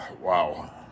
Wow